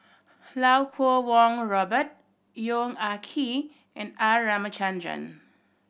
Iau Kuo Kwong Robert Yong Ah Kee and R Ramachandran